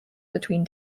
between